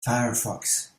firefox